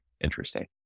interesting